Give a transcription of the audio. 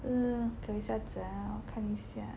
uh 给我一下子啊我一下